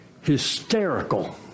hysterical